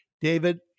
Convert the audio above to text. David